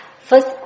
First